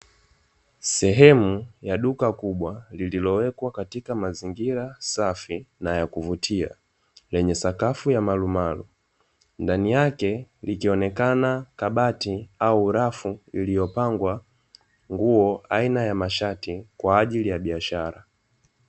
Sehemu ya duka kubwa lililowekwa katika mazingira safi na ya kuvutia, lenye sakafu ya marumaru, ndani yake likionekana kabati au rafu lililopangwa nguo aina ya mashati kwa ajili ya biashara.